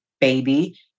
baby